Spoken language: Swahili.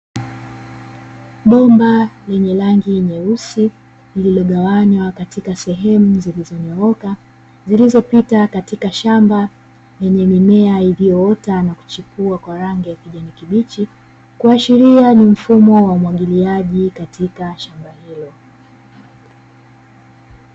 Bomba lenye rangi nyeusi, lililogawanywa katika sehemu zilizonyooka, zilizopita katika shamba lenye mimea iliyoota na kuchipua kwa rangi ya kijani kibichi; kuashiria ni mfumo wa umwagiliaji katika shamba hilo.